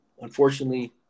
unfortunately